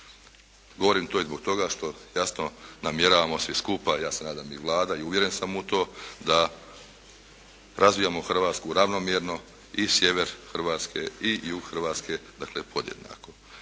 Govorim to i zbog toga što jasno namjeravamo svi skupa, ja se nadam i Vlada i uvjeren sam u to, da razvijamo Hrvatsku ravnomjerno i sjever Hrvatske i jug Hrvatske, dakle podjednako.